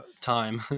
time